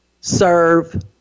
serve